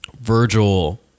Virgil